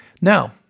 Now